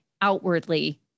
outwardly